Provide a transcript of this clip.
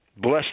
Bless